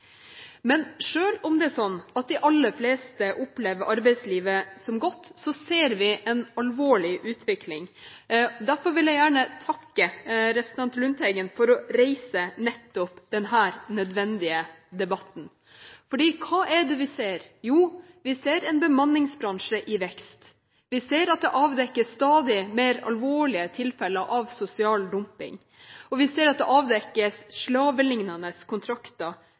er organisert. Selv om de aller fleste opplever arbeidslivet som godt, ser vi en alvorlig utvikling. Derfor vil jeg gjerne takke representanten Lundteigen for å reise denne nødvendige debatten. For hva ser vi? Jo, vi ser en bemanningsbransje i vekst, at det avdekkes stadig mer alvorlige tilfeller av sosial dumping, at det avdekkes slaveliknende kontrakter, og at det er en stor fryktkultur, særlig blant utenlandske arbeidere i Norge. Vi ser